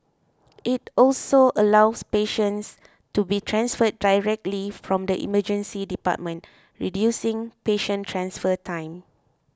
it also allows patients to be transferred directly from the Emergency Department reducing patient transfer time